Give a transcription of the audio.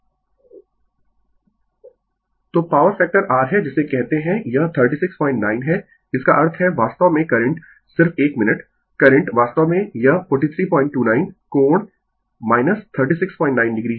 Refer Slide Time 2023 तो power factor r है जिसे कहते है यह 369 है इसका अर्थ है वास्तव में करंट सिर्फ एक मिनट करंट वास्तव में यह 4329 कोण 369 o है